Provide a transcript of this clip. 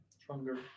stronger